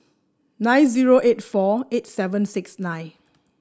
nine zero eight four eight seven six nine